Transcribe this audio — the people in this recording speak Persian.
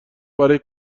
برای